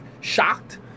shocked